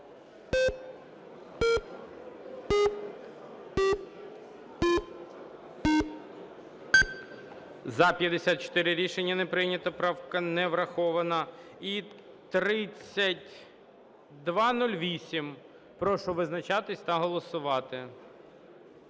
За-54 Рішення не прийнято. Правка не врахована. І 3208. Прошу визначатися та голосувати.